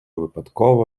випадково